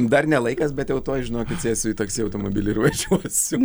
dar ne laikas bet jau tuoj žinokit sėsiu į taksi automobilį ir važiuosiu